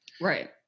Right